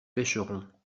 pêcheront